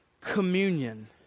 communion